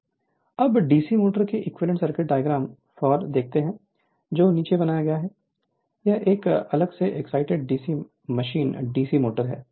Refer Slide Time 0744 अब DC motor के equivalent circuit diagram for देखते हैं जो नीचे बनाया गया है यह एक अलग से excited DC machine DC motor है